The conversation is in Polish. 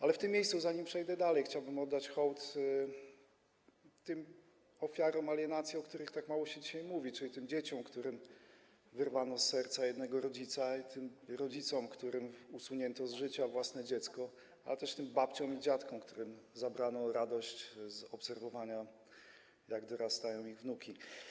Ale w tym miejscu, zanim przejdę dalej, chciałbym oddać hołd tym ofiarom alienacji, o których tak mało się dzisiaj mówi, czyli tym dzieciom, którym wyrwano z serca jednego rodzica, i tym rodzicom, którym usunięto z życia własne dziecko, ale też tym babciom i dziadkom, którym zabrano radość z obserwowania, jak dorastają ich wnuki.